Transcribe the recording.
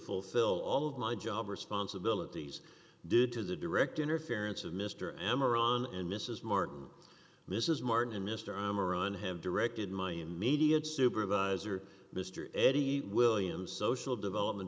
fulfill all of my job responsibilities did to the direct interference of mr am iran and mrs martin mrs martin and mr armor and have directed my immediate supervisor mr eddie williams social development